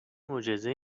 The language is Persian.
معجزه